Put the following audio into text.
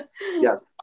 Yes